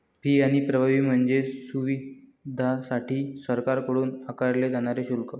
fee आणि प्रभावी म्हणजे सुविधांसाठी सरकारकडून आकारले जाणारे शुल्क